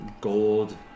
gold